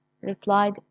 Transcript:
replied